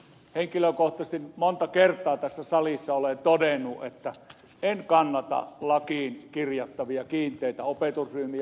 henkilökohtaisesti monta kertaa tässä salissa olen todennut että en kannata lakiin kirjattavia kiinteitä opetusryhmiä